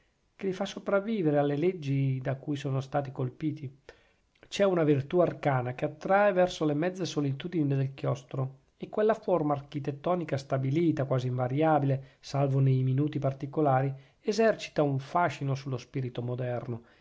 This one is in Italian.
che li fa sopravvivere alle leggi da cui sono stati colpiti c'è una virtù arcana che attrae verso le mezze solitudini del chiostro e quella forma architettonica stabilita quasi invariabile salvo nei minuti particolari esercita un fascino sullo spirito moderno